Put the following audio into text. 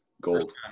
Gold